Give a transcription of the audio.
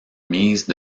mise